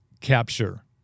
capture